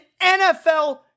NFL